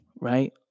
right